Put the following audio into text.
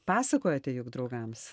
pasakojate juk draugams